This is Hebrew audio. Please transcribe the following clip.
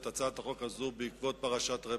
את הצעת החוק הזו בעקבות פרשת "רמדיה".